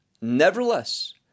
nevertheless